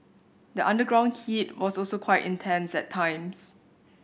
the underground heat was also quite intense at times